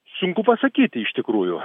sunku pasakyti iš tikrųjų